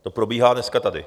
To probíhá dneska tady.